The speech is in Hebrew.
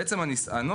בעיקרון,